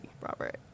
Robert